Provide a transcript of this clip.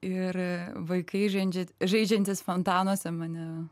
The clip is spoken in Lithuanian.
ir vaikai žaidžia žaidžiantys fontanuose mane